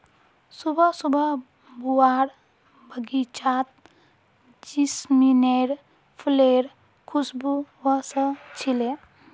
सुबह सुबह बुआर बगीचात जैस्मीनेर फुलेर खुशबू व स छिले